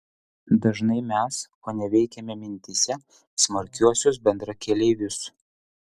dažnai mes koneveikiame mintyse smarkiuosius bendrakeleivius